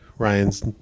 Ryan's